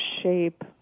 shape